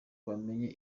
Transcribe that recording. bamenye